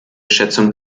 schätzung